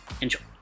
Enjoy